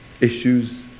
issues